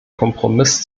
kompromiss